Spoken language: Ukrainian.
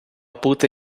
бути